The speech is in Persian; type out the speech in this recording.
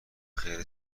خیر